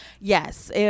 Yes